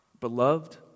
Beloved